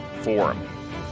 forum